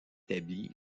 établit